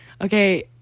Okay